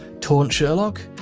taunt sherlock,